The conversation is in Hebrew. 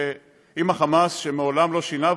עם החמאס שמעולם לא שינה,